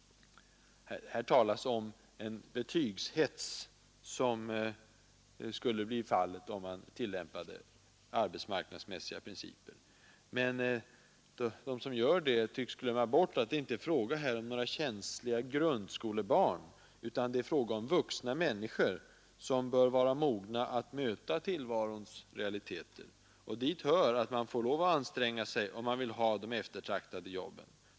Det talas här om en ”betygshets” som skulle uppstå, om man tillämpade arbetsmarknadsmässiga principer. Men de som gör det tycks glömma bort att det här inte är fråga om några känsliga grundskolebarn utan om vuxna människor, som bör vara mogna att möta tillvarons realiteter. Dit hör att man får lov att anstränga sig, om man vill ha de eftertraktade jobben.